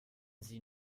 sie